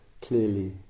clearly